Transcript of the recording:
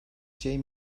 şey